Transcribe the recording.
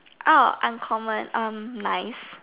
orh uncommon um nice